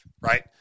right